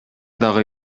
дагы